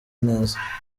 neza